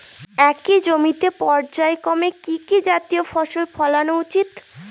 একই জমিতে পর্যায়ক্রমে কি কি জাতীয় ফসল ফলানো উচিৎ?